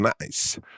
nice